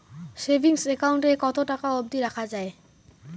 Savings account এ কতো টাকা অব্দি রাখা যায়?